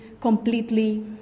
completely